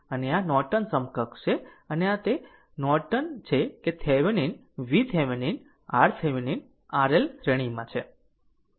અને આ નોર્ટન સમકક્ષ છે અને આ તે નોર્ટન છે કે Thevenin V Thevenin R Thevenin RL શ્રેણીમાં છે